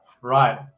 Right